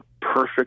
perfect